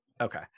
okay